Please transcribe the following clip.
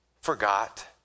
forgot